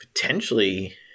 potentially